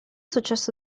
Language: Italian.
successo